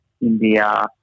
India